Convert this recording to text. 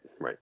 Right